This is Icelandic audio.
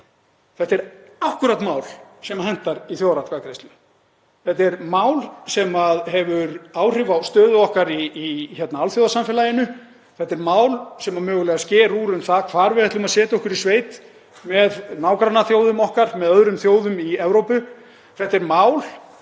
Þetta er akkúrat mál sem hentar í þjóðaratkvæðagreiðslu. Þetta er mál sem hefur áhrif á stöðu okkar í alþjóðasamfélaginu. Þetta er mál sem mögulega sker úr um það hvar við ætlum að setja okkur í sveit með nágrannaþjóðum okkar, með öðrum þjóðum í Evrópu. Þetta er mál